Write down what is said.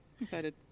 Excited